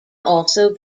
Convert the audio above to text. also